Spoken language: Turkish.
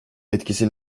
etkisi